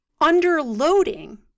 Underloading